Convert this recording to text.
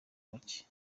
muke